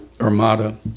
armada